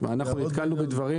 אנחנו נתקלנו בדברים